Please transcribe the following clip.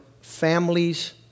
families